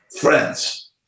friends